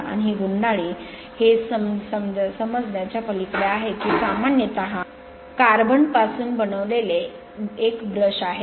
आणि ही गुंडाळी हे समजाच्या पलीकडे आहे की हे सामान्यतः कार्बन पासून बनविलेले एक ब्रश आहे